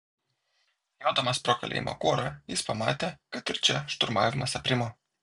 jodamas pro kalėjimo kuorą jis pamatė kad ir čia šturmavimas aprimo